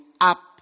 up